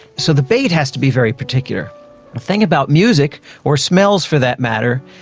so the bait has to be very particular. the thing about music or smells, for that matter,